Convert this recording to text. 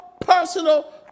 personal